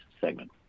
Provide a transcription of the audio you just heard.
segment